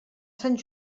sant